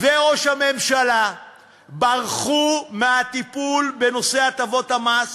וראש הממשלה ברחו מהטיפול בנושא הטבות המס